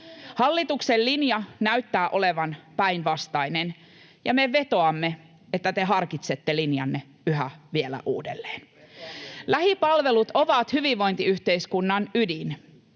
Hallituksen linja näyttää olevan päinvastainen, ja me vetoamme, että te harkitsette linjanne vielä uudelleen. Lähipalvelut ovat hyvinvointiyhteiskunnan ydin.